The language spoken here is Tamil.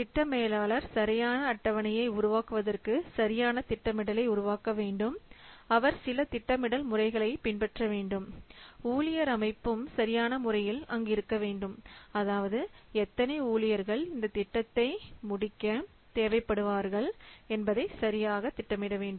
திட்ட மேலாளர் சரியான அட்டவணையை உருவாக்குவதற்கு சரியான திட்டமிடலை உருவாக்க வேண்டும் அவர் சில திட்டமிடல் முறைகளை பின்பற்ற வேண்டும் ஊழியர் அமைப்பும் சரியான முறையில் அங்கு இருக்க வேண்டும் அதாவது எத்தனை ஊழியர்கள் இந்த திட்டத்தை முடிக்க தேவைப்படுவார்கள் என்பதை சரியாக திட்டமிட வேண்டும்